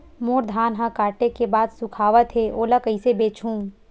मोर धान ह काटे के बाद सुखावत हे ओला कइसे बेचहु?